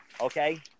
okay